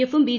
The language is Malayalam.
എഫും ബി